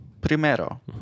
primero